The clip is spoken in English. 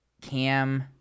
cam